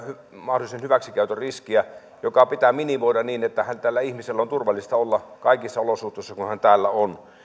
mahdollisen hyväksikäytön riski joka pitää minimoida niin että tällä ihmisellä on turvallista olla kaikissa olosuhteissa kun hän täällä on